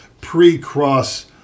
pre-cross